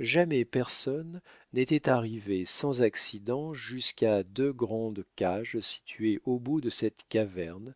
jamais personne n'était arrivé sans accident jusqu'à deux grandes cages situées au bout de cette caverne